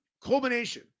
culmination